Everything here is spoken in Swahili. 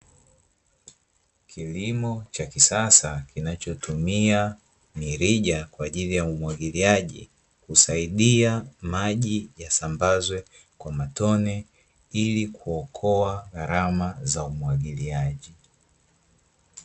Kilimo cha kisasa kinacho tumia milija kwaajili ya umwagiliaji, husaidia maji yasambazwe kwa matone ili kuokoa gharama za umwagiliaji.